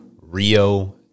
Rio